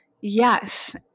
Yes